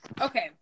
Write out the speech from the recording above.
Okay